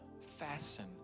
fasten